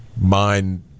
mind